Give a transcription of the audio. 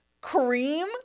cream